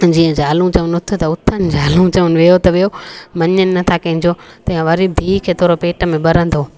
जीअं जालू चवनि त उथ त उथनि जालू चवनि त वियो त वियो मञनि नथा कंहिंजो त वरी धीउ खे थोरो पेट में बरंदो